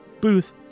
Booth